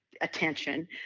attention